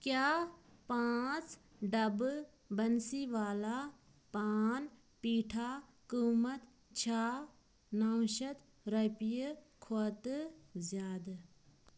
کیٛاہ پانٛژھ ڈبہٕ بنسیٖوالا پان پیٹھا قۭمتھ چھا نَو شَتھ رۄپیہِ کھۄتہٕ زِیٛادٕ